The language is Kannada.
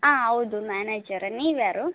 ಹಾಂ ಹೌದು ಮ್ಯಾನೇಜರೇ ನೀವು ಯಾರು